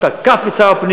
בוכים.